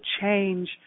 change